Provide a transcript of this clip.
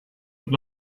look